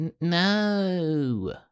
no